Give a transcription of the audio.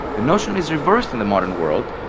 the notion is reversed in the modern world,